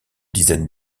dizaine